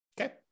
Okay